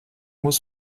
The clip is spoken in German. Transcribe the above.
muss